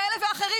כאלה ואחרים,